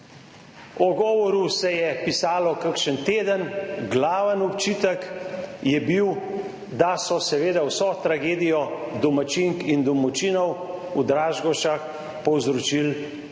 O govoru se je pisalo kakšen teden, glavni očitek je bil, da so seveda vso tragedijo domačink in domačinov v Dražgošah povzročili